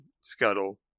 scuttle